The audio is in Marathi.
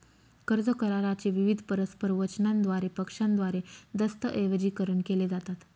कर्ज करारा चे विविध परस्पर वचनांद्वारे पक्षांद्वारे दस्तऐवजीकरण केले जातात